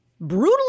brutally